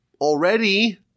already